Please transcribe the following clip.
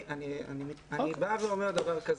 אני אומר דבר כזה.